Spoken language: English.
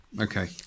Okay